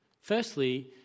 Firstly